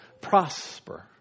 prosper